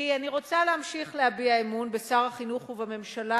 כי אני רוצה להמשיך להביע אמון בשר החינוך ובממשלה,